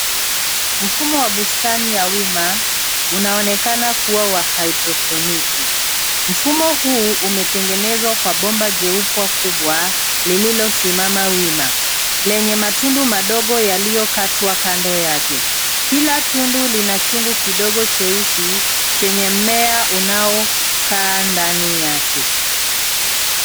Mfumo wa bustani ya wima unaonekana kuwa wa haedroponiki. Mfumo huu umetengenezwa kwa bomba jeupe kubwa lililosimama wima lenye matundu madogo yaliyokatwa kando yake. Kila tundu lina chungu kidogo cheusi chenye mmea unaokaa ndani yake.